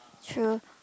true